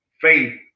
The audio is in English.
faith